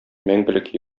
мәңгелек